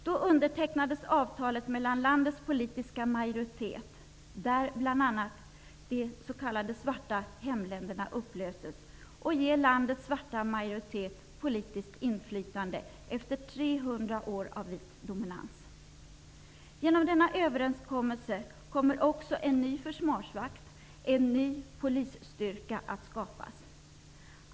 Då undertecknades avtalet av landets politiska majoritet, i vilket bl.a. de s.k. svarta hemländerna upplöses och landets svarta majoritet ges politiskt inflytande efter 300 år av vit dominans. Genom denna överenskommelse kommer också en ny försvarsmakt och en ny polisstyrka att skapas.